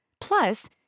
Plus